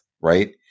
right